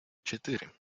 четыре